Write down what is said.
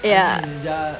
yeah